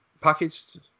packaged